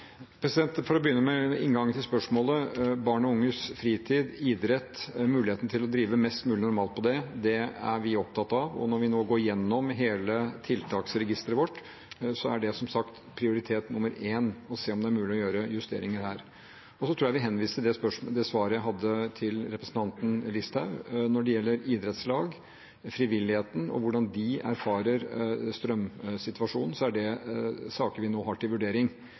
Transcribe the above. For å begynne med inngangen til spørsmålet: Barn og unges fritid, idrett og muligheten til å drive mest mulig normalt innen det, er vi opptatt av. Når vi nå går gjennom hele tiltaksregisteret vårt, er det som sagt prioritet nummer én å se om det er mulig å gjøre justeringer her. Så tror jeg at jeg vil henvise til det svaret jeg ga representanten Listhaug. Når det gjelder idrettslag og frivilligheten og hvordan de erfarer strømsituasjonen, er det saker vi nå har til vurdering,